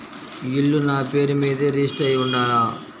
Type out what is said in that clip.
ఇల్లు నాపేరు మీదే రిజిస్టర్ అయ్యి ఉండాల?